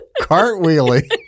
cartwheeling